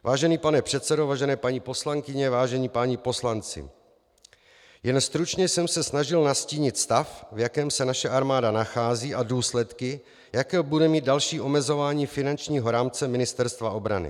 Vážený pane předsedo, vážené paní poslankyně, vážení páni poslanci, jen stručně jsem se snažil nastínit stav, v jakém se naše armáda nachází, a důsledky, jaké bude mít další omezování finančního rámce Ministerstva obrany.